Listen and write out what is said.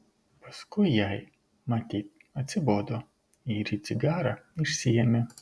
paskui jai matyt atsibodo ir ji cigarą išsiėmė